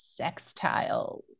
sextiles